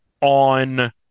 on